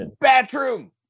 Bathroom